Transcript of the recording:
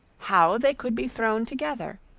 how they could be thrown together,